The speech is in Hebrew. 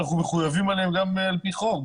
אנחנו מחויבים אליהם גם על פי חוק,